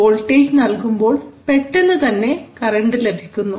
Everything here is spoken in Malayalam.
വോൾട്ടേജ് നൽകുമ്പോൾ പെട്ടെന്ന് തന്നെ കറണ്ട് ലഭിക്കുന്നു